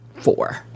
four